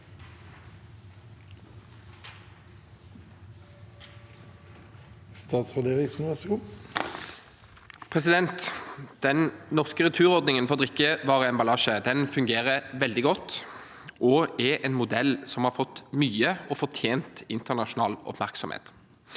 Den norske returordningen for drikkevareemballasje fungerer veldig godt og er en modell som har fått mye og fortjent internasjonal oppmerksomhet.